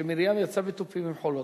שמרים יצאה "בתופים ובמחולות",